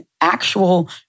actual